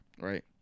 Right